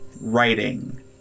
writing